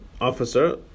officer